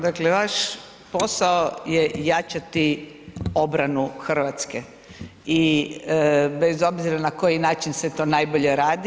Dakle vaš posao je jačati obranu Hrvatske i bez obzira na koji način se to najbolje radi.